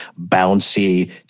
bouncy